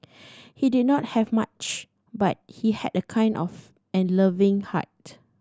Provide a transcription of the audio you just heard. he did not have much but he had a kind of and loving heart